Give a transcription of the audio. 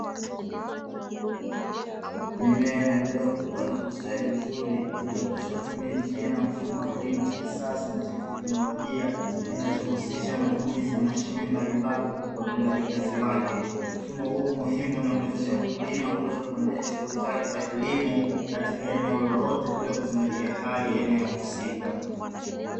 Mimea inaendelea kukua na kustawi vizuri, iliyooteshwa kutumia njia na mfumo wa kilimo cha kisasa na cha kiteknolojia, kinachohusisha matumizi ya mashine mbalimbali katika utendaji kazi wake. Mfumo huu muhimu unamuwezesha mkulima kuweza kuendesha shughuli zake za kilimo, katika eneo lolote bila kuzingatia hali ya eneo husika.